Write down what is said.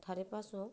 ᱫᱷᱟᱨᱮ ᱯᱟᱥ ᱦᱚᱸ